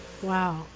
Wow